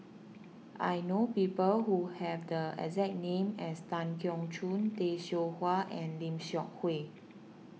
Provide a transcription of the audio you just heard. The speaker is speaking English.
I know people who have the exact name as Tan Keong Choon Tay Seow Huah and Lim Seok Hui